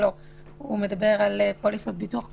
הוא מדבר על פוליסות ביטוח קבוצתיות,